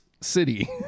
city